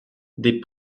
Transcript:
des